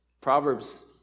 Proverbs